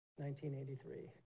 1983